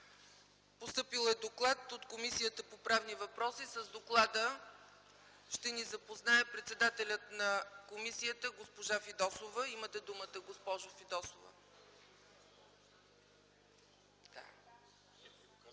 Постъпил е доклад от Комисията по правни въпроси. С доклада ще ни запознае председателят на комисията госпожа Фидосова. Имате думата, госпожо Фидосова.